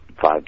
Five